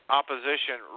opposition